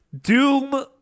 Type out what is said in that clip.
Doom